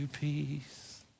peace